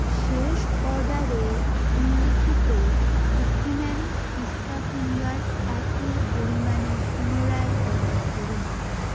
শেষ অর্ডারে উল্লিখিত কুকিম্যান পিস্তা ফিঙ্গার একই পরিমাণে পুনরায় অর্ডার করুন